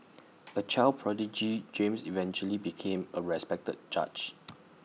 A child prodigy James eventually became A respected judge